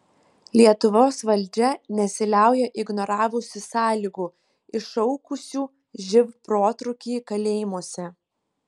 lietuvos valdžia nesiliauja ignoravusi sąlygų iššaukusių živ protrūkį kalėjimuose